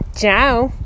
Ciao